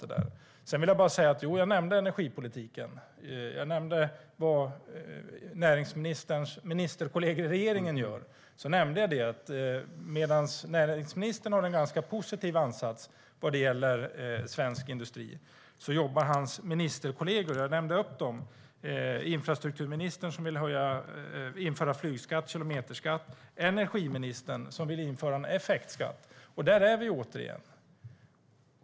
Sedan vill jag bara säga: Jo, jag nämnde energipolitiken, vad näringsministerns ministerkollegor i regeringen gör och att näringsministern har en ganska positiv ansats vad gäller svensk industri, medan infrastrukturministern vill införa flygskatt och kilometerskatt och energiministern vill införa en effektskatt. Där är vi återigen.